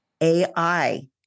AI